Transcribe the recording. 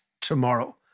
tomorrow